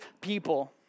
people